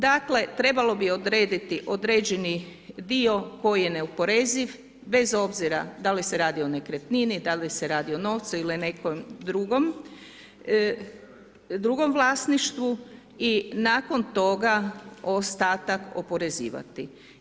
Dakle, trebalo bi odrediti određeni dio koji je neoporeziv bez obzira da li se radi o nekretnini, da li se radi o novcu ili nekom drugom vlasništvu i nakon toga, ostatak oporezivati.